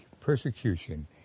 persecution